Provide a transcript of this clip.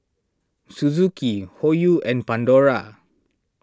Suzuki Hoyu and Pandora